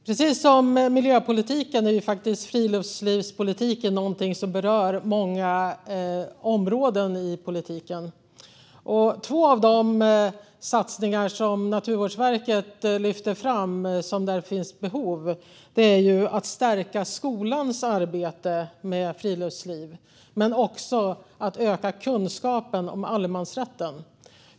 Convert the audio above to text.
Fru talman! Precis som miljöpolitiken är friluftslivspolitiken något som berör många områden i politiken. Två av de satsningar där det finns behov som Naturvårdsverket lyfter fram är att stärka skolans arbete med friluftsliv och att öka kunskapen om allemansrätten.